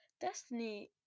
Destiny